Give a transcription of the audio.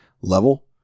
level